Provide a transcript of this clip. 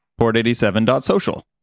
port87.social